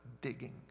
digging